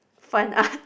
fun arts